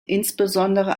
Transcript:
insbesondere